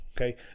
Okay